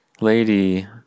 lady